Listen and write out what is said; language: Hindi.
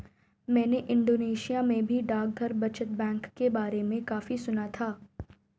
मैंने इंडोनेशिया में भी डाकघर बचत बैंक के बारे में काफी सुना था